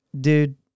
Dude